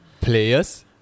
players